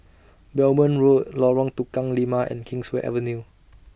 Belmont Road Lorong Tukang Lima and Kingswear Avenue